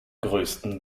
größten